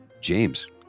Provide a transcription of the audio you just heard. James